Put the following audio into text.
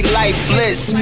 lifeless